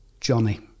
Johnny